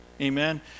Amen